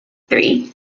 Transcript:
three